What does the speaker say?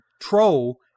troll-